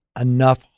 enough